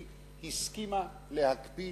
היא הסכימה להקפיא